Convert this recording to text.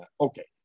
okay